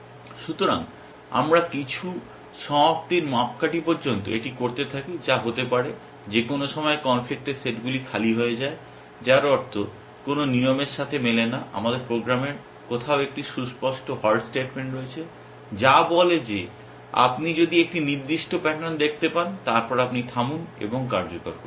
সুতরাং আমরা কিছু সমাপ্তির মাপকাঠি পর্যন্ত এটি করতে থাকি যা হতে পারে যে কোনও সময়ে কনফ্লিক্টের সেটগুলি খালি হয়ে যায় যার অর্থ কোনও নিয়মের সাথে মেলে না আমাদের প্রোগ্রামের কোথাও একটি সুস্পষ্ট হল্ট স্টেটমেন্ট রয়েছে যা বলে যে আপনি যদি একটি নির্দিষ্ট প্যাটার্ন দেখতে পান তারপর আপনি থামুন এবং কার্যকর করুন